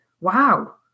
Wow